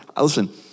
listen